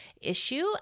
issue